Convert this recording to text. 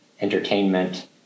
entertainment